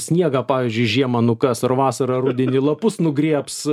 sniegą pavyzdžiui žiemą nukas ar vasarą rudenį lapus nugriebs